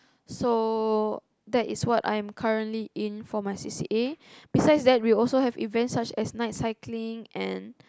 so that is what I am currently in for my c_c_a besides that we also have events such as night cycling and